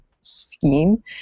scheme